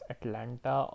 Atlanta